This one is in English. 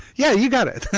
yeah you've got it,